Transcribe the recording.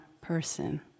person